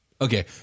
Okay